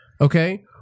okay